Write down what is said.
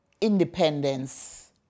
Independence